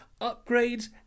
upgrades